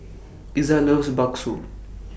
Iza loves Bakso